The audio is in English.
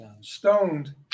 stoned